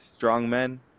strongmen